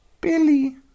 Billy